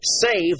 save